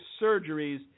surgeries